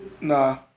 nah